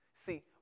See